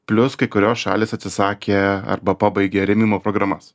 plius kai kurios šalys atsisakė arba pabaigė rėmimo programas